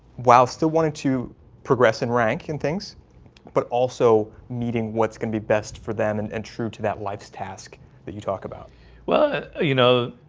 while still wanted to progress and rank and things but also meeting what's going to be best for them and and true to that life's task that you talk about well, you know,